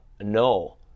no